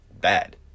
bad